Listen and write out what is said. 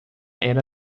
era